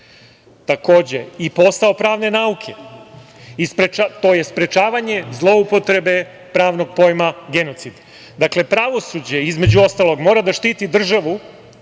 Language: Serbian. takođe i posao pravne nauke, to je sprečavanje zloupotrebe pravnog pojma genocid. Dakle, pravosuđe, između ostalog, mora da štiti državu